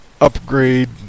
upgrade